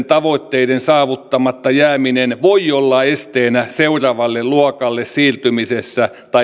tavoitteiden saavuttamatta jääminen voi olla esteenä seuraavalle luokalle siirtymisessä tai